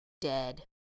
dead